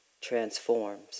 transforms